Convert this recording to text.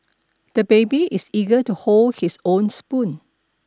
the baby is eager to hold his own spoon